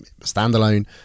standalone